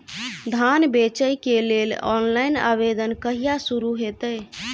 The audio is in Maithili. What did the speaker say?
धान बेचै केँ लेल ऑनलाइन आवेदन कहिया शुरू हेतइ?